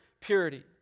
purity